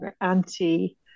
anti